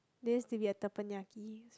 there used to be a Tepenyaki